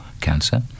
cancer